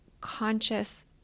conscious